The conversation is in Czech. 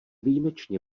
výjimečně